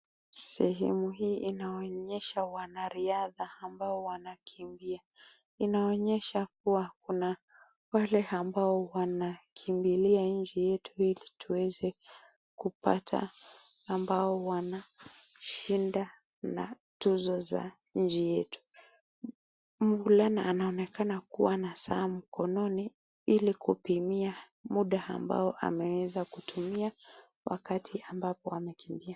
Sehemu hii inaonyesha wanariadha ambao wanakimbia. Inaonyesha kuwa kuna wale ambao wanakimbilia nchi yetu ili tuweze kupata ambao wanashinda na tuzo za nchi yetu. Mvulana anaonekana kuwa na saa mkononi ili kupimia muda ambao ameweza kutumia wakati ambapo amekimbia.